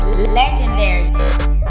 Legendary